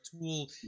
tool